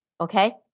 Okay